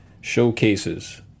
showcases